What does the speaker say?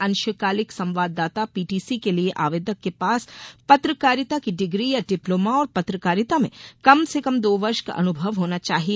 अंशकालिक संवाददाता पीटीसी के लिए आवेदक के पास पत्रकारिता की डिग्री या डिप्लोमा और पत्रकारिता में कम से कम दो वर्ष का अनुभव होना चाहिए